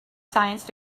science